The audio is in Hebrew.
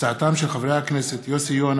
בהצעתם של חברי הכנסת יוסי יונה,